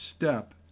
step